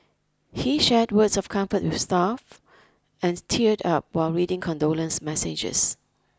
he shared words of comfort with staff and teared up while reading condolence messages